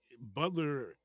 Butler